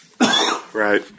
Right